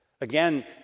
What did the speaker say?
Again